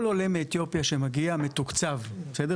כל עולה מאתיופיה שמגיע מתוקצב, בסדר?